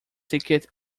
ticket